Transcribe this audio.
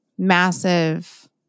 massive